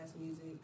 music